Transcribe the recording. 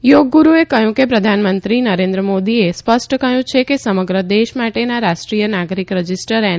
યોગ ગુરુએ કહ્યું કે પ્રધાનમંત્રી મોદીએ સ્પષ્ટ કહ્યું છે કે સમગ્ર દેશ માટેના રાષ્ટ્રીય નાગરિક રજીસ્ટર એન